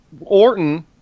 Orton